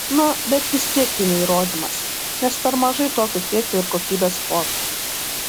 na bet vis tiek tai ne įrodymas nes per mažai tokio kiekio ir kokybės foto